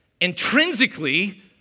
intrinsically